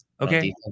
Okay